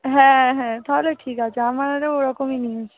হ্যাঁ হ্যাঁ তাহলে ঠিক আছে আমারারও ওরকমই নিয়েছে